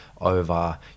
Over